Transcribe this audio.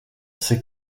ses